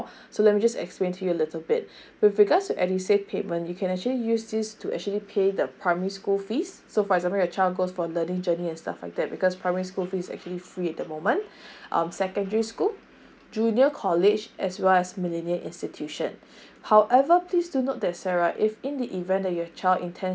so let me just explain to you a little bit with regards to edu save payment you can actually use this to actually pay the primary school fees so for example your child goes for learning journey and stuff like that because primary school fees actually free at the moment um secondary school junior college as well as millennial institution however please to note that sarah if in the event that your child intends